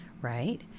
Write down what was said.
right